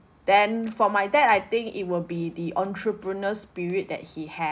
then for my dad I think it will be the entrepreneur's spirit that he have